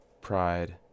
pride